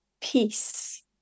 peace